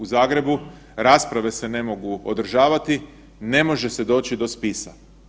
U Zagrebu rasprave se ne mogu održavati, ne može se doći do spisa.